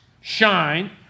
shine